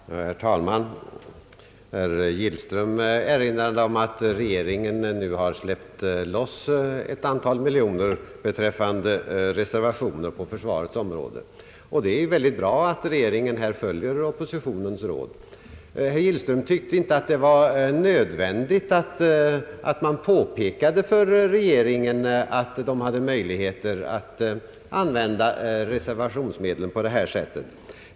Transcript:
Herr talman! Herr Gillström erinrade om att regeringen nu har släppt loss ett antal miljoner på försvarets område, och det är mycket bra att regeringen här följer oppositionens råd. Herr Gillström tyckte inte att det var nödvändigt att man påpekade för regeringen att den hade möjligheter att använda reservationsmedlen på detta sätt.